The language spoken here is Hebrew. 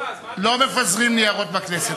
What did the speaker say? לא מפזרים ניירות בכנסת.